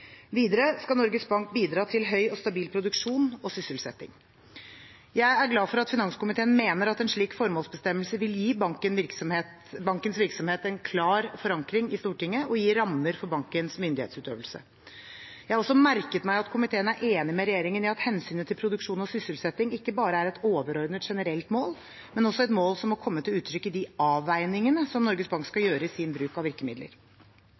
Videre skal Norges Bank bidra til høy og stabil produksjon og sysselsetting. Jeg er glad for at finanskomiteen mener at en slik formålsbestemmelse vil gi bankens virksomhet en klar forankring i Stortinget og gi rammer for bankens myndighetsutøvelse. Jeg har også merket meg at finanskomiteen er enig med regjeringen i at hensynet til produksjon og sysselsetting ikke bare er et overordnet generelt mål, men også et mål som må komme til uttrykk i de avveiningene som Norges Bank skal gjøre i sin bruk av virkemidler.